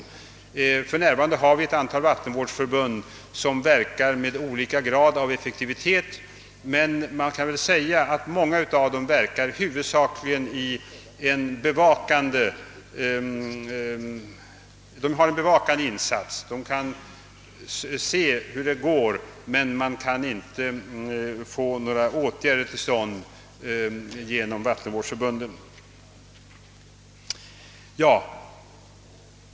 För närvarande har vi ett antal vattenvårdsförbund som verkar med olika grad av effektivitet. Många av dem har huvudsakligen en bevakande uppgift. De kan följa utvecklingen, men de kan inte vidta några åtgärder.